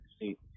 see